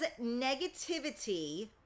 negativity